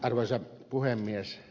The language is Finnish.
arvoisa puhemies